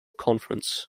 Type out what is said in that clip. conference